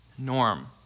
Norm